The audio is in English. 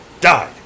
died